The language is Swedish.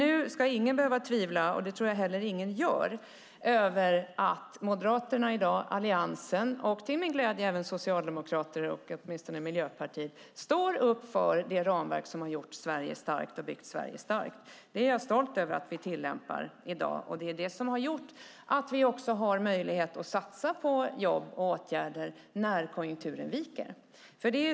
Nu ska ingen behöva tvivla, och det tror jag inte att någon gör, på att Moderaterna och Alliansen och till min glädje även Socialdemokraterna och Miljöpartiet i dag står upp för det ramverk som har byggt Sverige starkt. Jag är stolt över att vi tillämpar det. Det är det som har gjort att vi har möjlighet att satsa på jobb och åtgärder när konjunkturen viker.